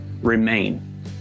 remain